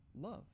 love